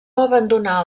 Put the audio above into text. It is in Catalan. abandonà